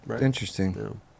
interesting